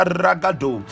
ragado